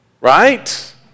Right